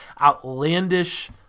outlandish